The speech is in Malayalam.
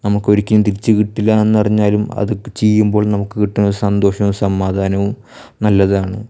നമുക്ക് ഒരിക്കലും തിരിച്ചു കിട്ടില്ലാന്നറിഞ്ഞാലും അതൊക്കെ ചെയ്യുമ്പോൾ നമുക്ക് കിട്ടണ സന്തോഷവും സമാധാനവും നല്ലതാണ്